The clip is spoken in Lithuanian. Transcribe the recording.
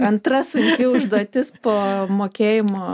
antra sunki užduotis po mokėjimo